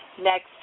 Next